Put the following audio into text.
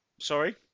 Sorry